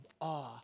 awe